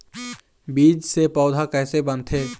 बीज से पौधा कैसे बनथे?